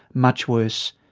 much worse.